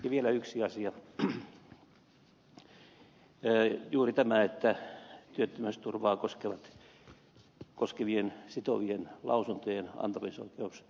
vielä yksi asia juuri tämä että työttömyysturvaa koskevien sitovien lausuntojen antamisoikeus annetaan yhdelle virkailijalle